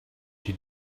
she